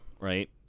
right